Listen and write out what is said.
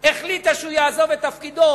שהוא יעזוב את תפקידו.